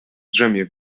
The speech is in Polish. drzemie